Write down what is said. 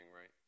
right